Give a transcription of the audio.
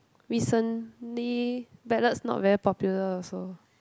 recently ballads not very popular also